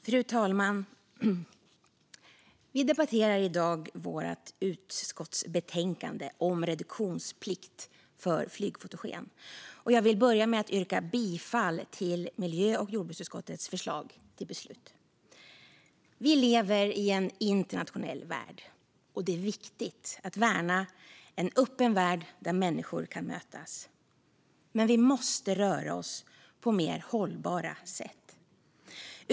Fru talman! Vi debatterar i dag miljö och jordbruksutskottets betänkande om reduktionsplikt för flygfotogen. Jag vill börja med att yrka bifall till utskottets förslag till beslut. Vi lever i en internationell värld, och det är viktigt att värna en öppen värld där människor kan mötas. Men vi måste röra oss på mer hållbara sätt.